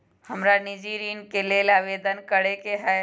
हमरा निजी ऋण के लेल आवेदन करै के हए